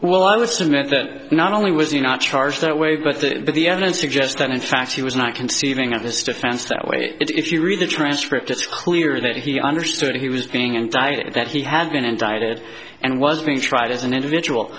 well i would submit that not only was he not charged that way but the but the evidence suggests that in fact he was not conceiving of this defense that way if you read the transcript it's clear that he understood he was being indicted that he had been indicted and was being tried as an individual